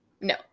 no